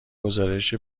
گزارش